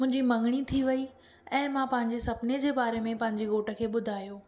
मुंहिंजी मङणी थी वेई ऐं मां पंहिंजे सुपिने जे बारे में पंहिंजे घोट खे ॿुधायो